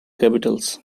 capitals